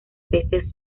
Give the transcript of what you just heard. peces